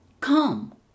Come